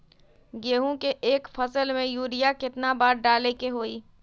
गेंहू के एक फसल में यूरिया केतना बार डाले के होई?